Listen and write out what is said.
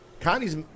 Connie's